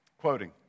quoting